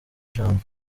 ijambo